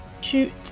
shoot